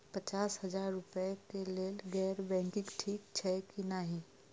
पचास हजार रुपए के लेल गैर बैंकिंग ठिक छै कि नहिं?